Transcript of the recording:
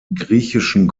griechischen